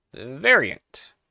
variant